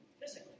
physically